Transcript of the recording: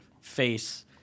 face